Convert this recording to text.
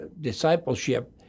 discipleship